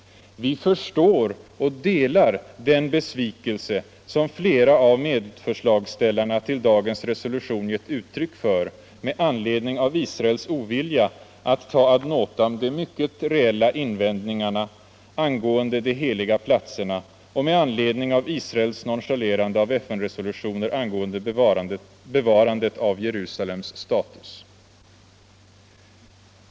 Vi förstår och delar den besvikelse som flera av medförslagsställarna till dagens resolution gett uttryck för med anledning av Israels ovilja att ta ad notam de mycket reella invändningarna angående de heliga platserna och med anledning av Israels nonchalerande av FN resolutioner angående bevarandet av Jerusalems status.